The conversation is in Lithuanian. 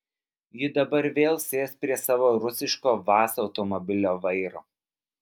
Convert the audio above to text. ji dabar vėl sės prie savo rusiško vaz automobilio vairo